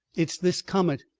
it's this comet.